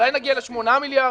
אולי נגיע ל-8 מיליארד?